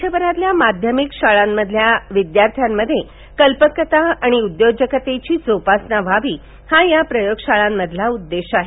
देशभरातील माध्यमिक शाळांमधील विद्यार्थ्यांमध्ये कल्पकता आणि उदयोजकतेची जोपासना व्हावी हा या प्रयोगशाळांमागील उद्देश आहे